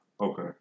Okay